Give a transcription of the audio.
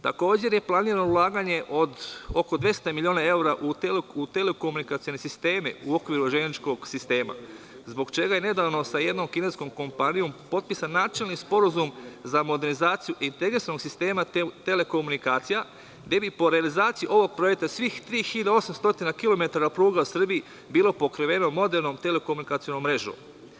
Takođe, planirano je ulaganje od oko 200.000.000 evra u telekomunikacione sisteme u okviru železničkog sistema, zbog čega je nedavno sa jednom kineskom kompanijom potpisan načelni sporazum za modernizaciju integrisanog sistema telekomunikacija, gde bi po realizaciji ovog projekta svih 3.800 kilometara pruga u Srbiji bilo pokriveno modernom telekomunikacionom mrežom.